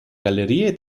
gallerie